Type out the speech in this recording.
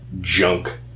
junk